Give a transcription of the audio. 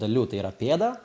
dalių tai yra pėda